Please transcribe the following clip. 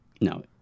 No